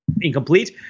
incomplete